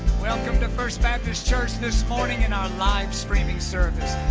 welcome to first baptist church this morning in our live streaming service.